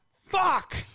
fuck